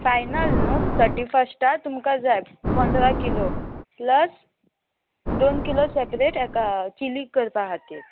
final न्हू thirty फस्टार तुमकां जाय पंदरा किलो प्लस दोन किलो सेपरेट हेका चिली करपा खातीर